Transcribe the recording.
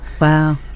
wow